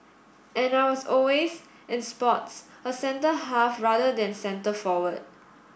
and I was always in sports a centre half rather than centre forward